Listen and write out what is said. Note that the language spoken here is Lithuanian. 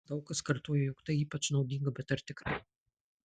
daug kas kartoja jog tai ypač naudinga bet ar tikrai